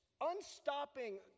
unstopping